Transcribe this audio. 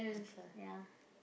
ya